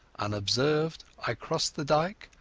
unobserved i crossed the dyke,